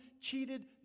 cheated